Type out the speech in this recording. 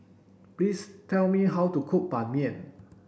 please tell me how to cook Ban Mian